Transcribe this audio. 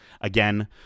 Again